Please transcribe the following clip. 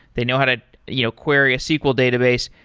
they know how to you know query a sql database,